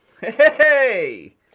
hey